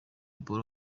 paul